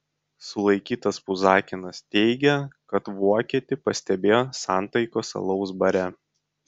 sulaikytas puzakinas teigė kad vokietį pastebėjo santaikos alaus bare